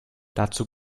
dazu